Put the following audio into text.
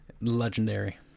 Legendary